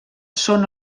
són